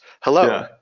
Hello